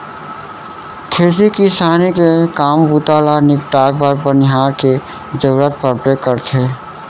खेती किसानी के काम बूता ल निपटाए बर बनिहार के जरूरत पड़बे करथे